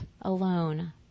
alone